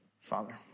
Father